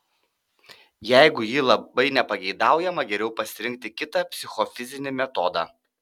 jeigu ji labai nepageidaujama geriau pasirinkti kitą psichofizinį metodą